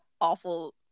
awful